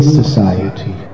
society